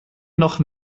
noch